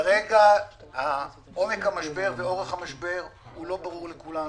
כרגע עומק המשבר ואורך המשבר לא ברור לכולנו.